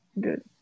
Good